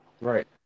Right